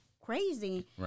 crazy